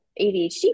ADHD